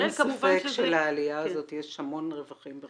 אין ספק שלעלייה הזאת יש המון רווחים בחו"ל